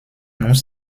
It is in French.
nous